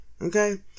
okay